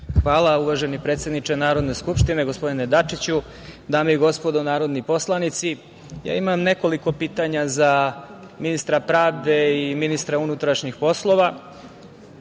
Hvala uvaženi predsedniče Narodne skupštine gospodine Dačiću. Dame i gospodo narodni poslanici, ja imam nekoliko pitanja za ministra pravde i ministra unutrašnjih poslova. Naime,